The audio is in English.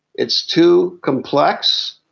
it's too complex,